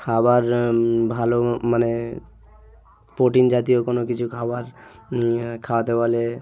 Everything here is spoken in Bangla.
খাবার ভালো মানে প্রোটিন জাতীয় কোনো কিছু খাবার খাওয়াতে বলে